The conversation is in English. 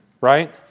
right